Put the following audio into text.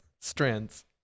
strands